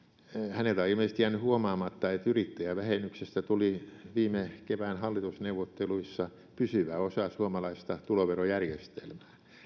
häneltä on ilmeisesti jäänyt huomaamatta että yrittäjävähennyksestä tuli viime kevään hallitusneuvotteluissa pysyvä osa suomalaista tuloverojärjestelmää